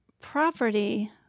property